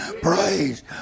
praise